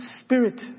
spirit